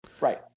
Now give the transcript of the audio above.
Right